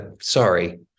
sorry